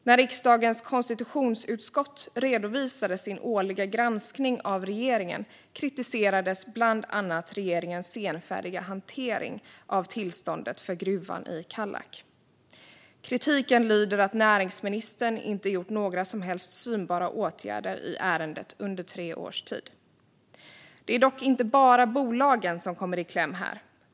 När riksdagens konstitutionsutskott redovisade sin årliga granskning av regeringen kritiserades bland annat regeringens senfärdiga hantering av tillståndet för gruvan i Kallak. Kritiken lyder att näringsministern inte vidtagit några synbara åtgärder i ärendet under tre års tid. Det är dock inte bara bolagen som kommer i kläm här.